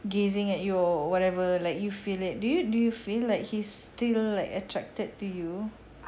gazing at you or whatever like you feel it do you do you feel like he's still like attracted to you